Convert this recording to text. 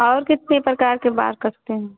और कितने प्रकार के बाल कटते हैं